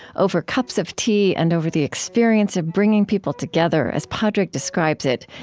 over cups of tea and over the experience of bringing people together, as padraig describes it,